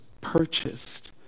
purchased